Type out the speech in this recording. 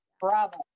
Bravo